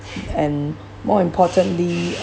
and more importantly